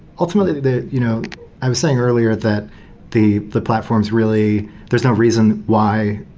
ultimately, the you know i was saying earlier that the the platform is really there's no reason why,